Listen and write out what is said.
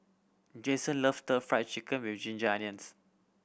Jason loves Stir Fried Chicken With Ginger Onions